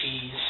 cheese